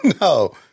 No